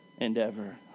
endeavor